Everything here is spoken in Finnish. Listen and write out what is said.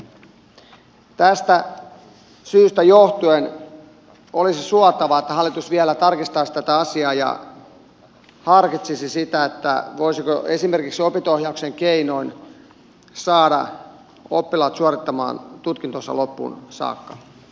tästä syystä johtuen olisi suotavaa että hallitus vielä tarkistaisi tätä asiaa ja harkitsisi sitä voisiko esimerkiksi opinto ohjauksen keinoin saada oppilaat suorittamaan tutkintonsa loppuun saakka